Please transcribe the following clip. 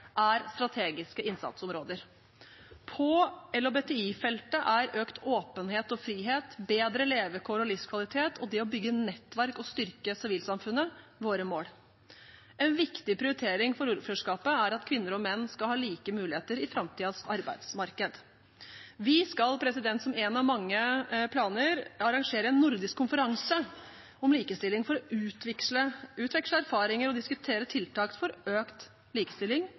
er strategiske innsatsområder. På LHBTi-feltet er økt åpenhet og frihet, bedre levekår og livskvalitet og det å bygge nettverk og styrke sivilsamfunnet våre mål. En viktig prioritering for ordførerskapet er at kvinner og menn skal ha like muligheter i framtidens arbeidsmarked. Vi skal som en av mange planer arrangere en nordisk konferanse om likestilling for å utveksle erfaringer og diskutere tiltak for økt likestilling